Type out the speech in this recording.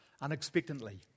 unexpectedly